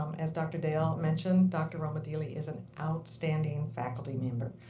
um as dr. dale mentioned, dr. romidilli is an outstanding faculty member.